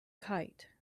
kite